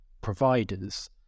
providers